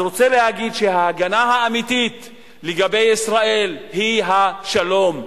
אז רוצה להגיד שההגנה האמיתית לגבי ישראל היא השלום,